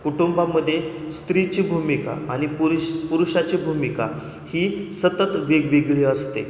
कुटुंबामध्ये स्त्रीची भूमिका आणि पुरुष पुरुषाची भूमिका ही सतत वेगवेगळी असते